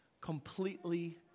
completely